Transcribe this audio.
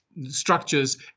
structures